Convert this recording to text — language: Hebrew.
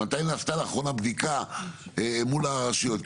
מתי נעשתה לאחרונה בדיקה מול הרשויות?